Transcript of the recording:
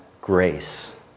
grace